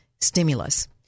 stimulus